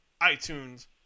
iTunes